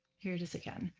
here it is again.